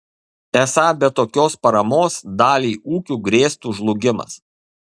esą be tokios paramos daliai ūkių grėstų žlugimas